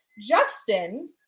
Justin